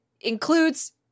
includes